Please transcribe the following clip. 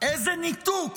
ואיזה ניתוק